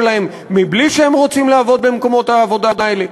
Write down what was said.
שלהם בלי שהם רוצים לעבוד במקומות העבודה האלה.